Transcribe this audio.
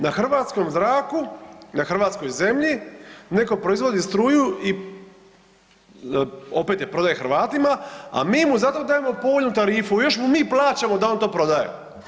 Na hrvatskom zraku, na hrvatskoj zemlji netko proizvodi struju i opet je prodaje Hrvatima, a mi mu za to dajemo povoljnu tarifu i još mu mi plaćamo da on to prodaje.